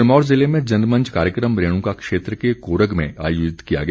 सिरमौर ज़िले में जनमंच कार्यक्रम रेणुका क्षेत्र के कोरग में आयोजित किया गया